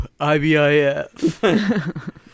IBIF